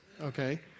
Okay